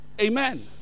Amen